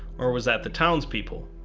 or was that the townspeople?